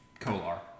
Kolar